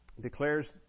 declares